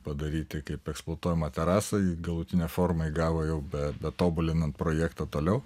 padaryti kaip eksportuojamą terasą ji galutinę formą įgavo jau be betobulinant projektą toliau